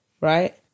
right